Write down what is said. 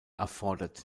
erfordert